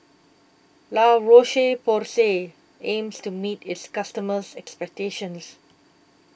La Roche Porsay aims to meet its customers' expectations